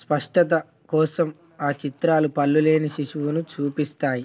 స్పష్టత కోసం ఆ చిత్రాలు పళ్ళు లేని శిశువును చూపిస్తాయి